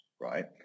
right